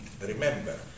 remember